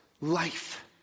life